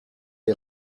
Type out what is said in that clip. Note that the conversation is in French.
est